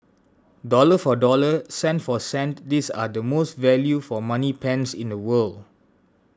dollar for dollar cent for cent these are the most value for money pens in the world